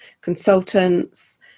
consultants